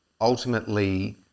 ultimately